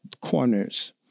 corners